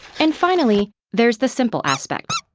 and finally, there's the simple aspect,